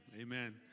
Amen